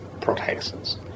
protections